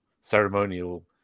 ceremonial